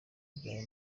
byawe